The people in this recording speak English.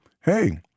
hey